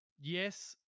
Yes